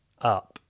up